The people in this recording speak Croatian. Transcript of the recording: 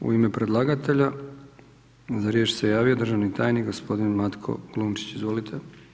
U ime predlagatelja za riječ se javio državni tajnik gospodin Matko Glunčić, izvolite.